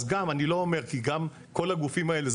אני לא אומר כלפיהם כי גם כל הגופים האלה,